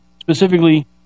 specifically